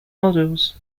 models